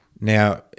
Now